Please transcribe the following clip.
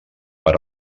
per